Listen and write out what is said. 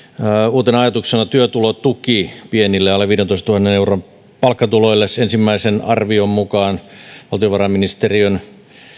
uutena ajatuksena työtulotuki pienille alle viidentoistatuhannen euron palkkatuloille ensimmäisen arvion mukaan valtiovarainministeriön